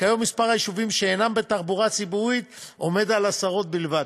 וכיום מספר היישובים שאין בהם תחבורה ציבורית הוא עשרות בלבד.